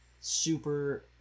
super